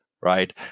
right